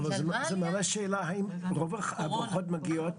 האם רוב ההברחות מגיעות